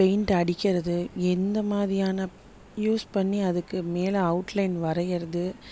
paint அடிக்கிறது எந்த மாதிரியான யூஸ் பண்ணி அதுக்கு மேலே அவுட்லைன் வரைகிறது